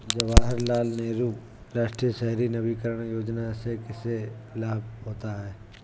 जवाहर लाल नेहरू राष्ट्रीय शहरी नवीकरण योजना से किसे लाभ होता है?